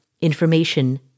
information